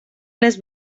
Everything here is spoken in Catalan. les